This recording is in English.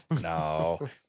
No